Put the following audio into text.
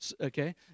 Okay